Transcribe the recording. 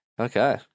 Okay